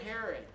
Herod